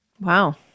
Wow